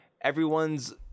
everyone's